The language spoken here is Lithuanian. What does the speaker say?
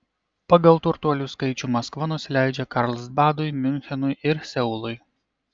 pagal turtuolių skaičių maskva nusileidžia karlsbadui miunchenui ir seului